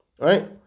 right